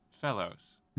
Fellows